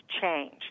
change